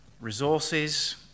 resources